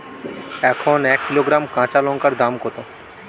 এখন এক কিলোগ্রাম কাঁচা লঙ্কার দাম কত?